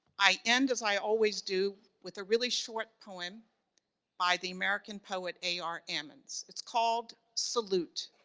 i end as i always do with a really short poem by the american poet, a r. emmons it's called salute.